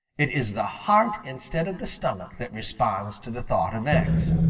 it is the heart instead of the stomach that responds to the thought of eggs.